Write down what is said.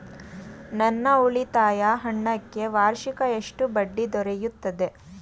ನನ್ನ ಉಳಿತಾಯ ಹಣಕ್ಕೆ ವಾರ್ಷಿಕ ಎಷ್ಟು ಬಡ್ಡಿ ದೊರೆಯುತ್ತದೆ?